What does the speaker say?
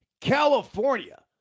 California